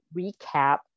recap